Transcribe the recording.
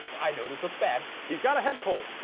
i know this looks bad. he's got a head cold.